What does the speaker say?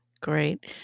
great